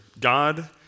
God